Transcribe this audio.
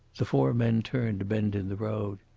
the four men turned a bend in the road.